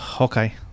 Okay